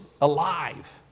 alive